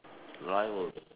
life will